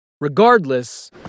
Regardless